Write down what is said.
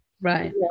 Right